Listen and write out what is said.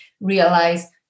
realize